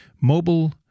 mobile